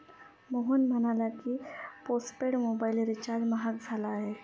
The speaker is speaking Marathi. मोहन म्हणाला की, पोस्टपेड मोबाइल रिचार्ज महाग झाला आहे